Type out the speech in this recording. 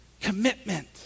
commitment